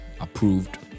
approved